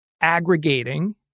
aggregating